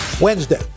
Wednesday